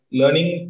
learning